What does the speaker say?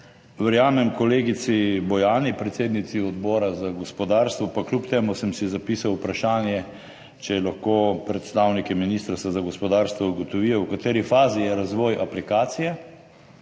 Verjamem kolegici Bojani, predsednici Odbora za gospodarstvo, pa kljub temu sem si zapisal vprašanje, če lahko predstavniki Ministrstva za gospodarstvo ugotovijo, v kateri fazi je razvoj aplikacije,